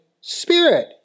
Spirit